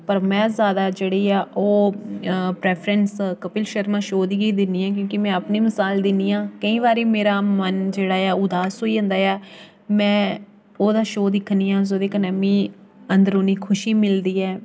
पर में जादा जेह्ड़ी ऐ ओह् प्रेफरेंस कपिल शर्मा शो गी दिन्नी आं कि के में अपनी मसाल दिन्नी आं केईं बारी मेरा मन जेह्ड़ा ऐ उदास होई जंदा ऐ में ओह्दा शो दिक्खनी आं बस ओह्दे कन्नै मिगी अंदरूनी खुशी मिलदी ऐ